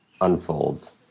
unfolds